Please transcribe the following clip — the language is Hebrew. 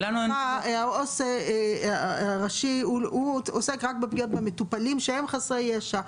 העו"ס הראשי עוסק רק בפגיעות במטופלים שהם חסרי ישע.